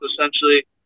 essentially